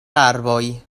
arboj